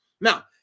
Now